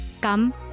Come